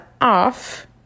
off